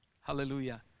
Hallelujah